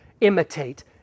imitate